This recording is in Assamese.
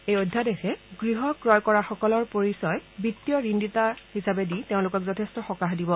এই অধ্যাদেশে গৃহ ক্ৰয় কৰা সকলৰ পৰিচয় বিত্তীয় ঋণদাতা হিচাপে দি তেওঁলোকক যথেষ্ট সকাহ দিব